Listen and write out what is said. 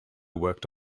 worked